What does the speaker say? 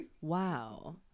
wow